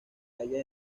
halla